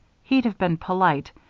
he'd have been polite,